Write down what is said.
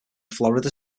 florida